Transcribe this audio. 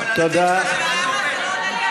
אבל אתה לא עונה לי על הטקסט.